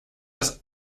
das